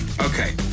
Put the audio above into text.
Okay